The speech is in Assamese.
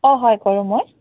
অঁ হয় কৰোঁ মই